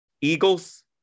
Eagles